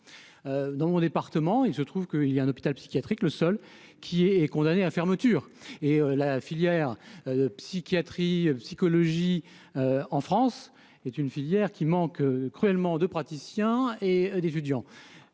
dans mon département, il se trouve que il y a un hôpital psychiatrique, le seul qui est condamnée à la fermeture et la filière psychiatrie psychologie en France est une filière qui manque cruellement de praticiens et d'étudiants,